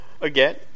again